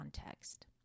context